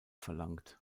verlangt